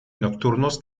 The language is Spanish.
nocturnos